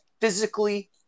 physically